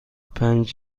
پنج